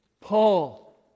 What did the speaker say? Paul